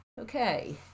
okay